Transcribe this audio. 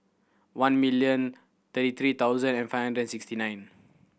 one million thirty three thousand and five hundred sixty nine